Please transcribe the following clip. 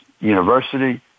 university